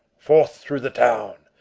forth through the town!